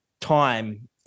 time